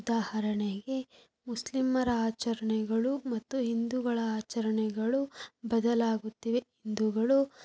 ಉದಾಹರಣೆಗೆ ಮುಸ್ಲಿಂಮರ ಆಚರಣೆಗಳು ಮತ್ತು ಹಿಂದುಗಳ ಆಚರಣೆಗಳು ಬದಲಾಗುತ್ತಿವೆ ಹಿಂದುಗಳು